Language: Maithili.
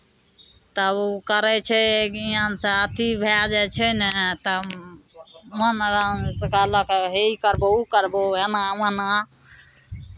तऽ ओ करै छै ज्ञानसँ अथी भए जाइ छै ने तऽ मन आर से कहलक हे ई करबहु ओ करबहु एना ओना